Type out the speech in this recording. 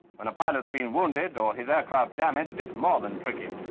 when a pilot's been wounded or his aircraft damaged, it's more than tricky.